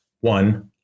One